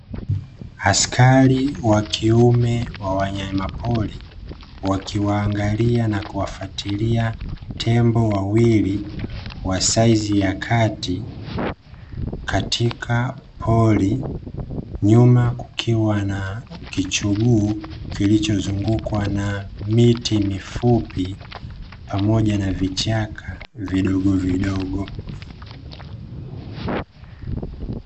Askari wa kiume wa wanyama pori wakiwaangalia na kuwafuatilia tembo wawili wa saizi ya kati katika pori, nyuma kukiwa na kichuguu kilichozungukwa na miti mifupi pamoja na vichaka vidogo vidogo.